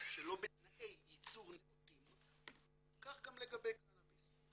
שלא בתנאי ייצור נאותים כך גם לגבי קנאביס.